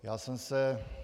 Já jsem se...